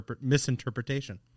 misinterpretation